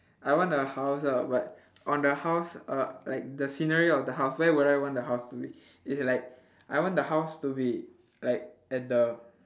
I want a house ah but on the house err like the scenery of the house where would I want the house to be it's like I want the house to be like at the